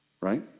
Right